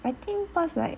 I think cause like